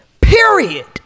Period